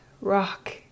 rock